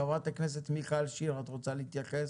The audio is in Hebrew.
חברת הכנסת מיכל שיר, את רוצה להתייחס?